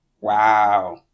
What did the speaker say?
wow